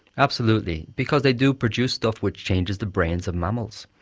absolutely, because they do produce stuff which changes the brains of mammals.